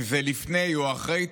אם זה לפני ואם זה אחרי,